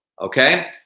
okay